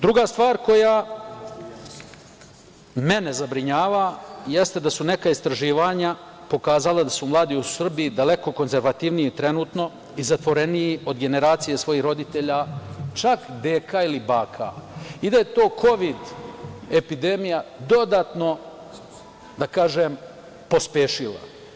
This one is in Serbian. Druga stvar koja mene zabrinjava jeste da su neka istraživanja pokazala da su mladi u Srbiji daleko konzervativniji trenutno i zatvoreniji od generacije svojih roditelja, čak deka ili baka i da je to kovid epidemija dodatno, da kažem, pospešila.